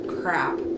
Crap